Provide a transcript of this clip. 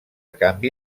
canvi